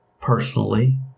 personally